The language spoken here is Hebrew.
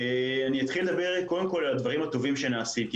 אני אתחיל לדבר קודם כול על הדברים הטובים שנעשים כי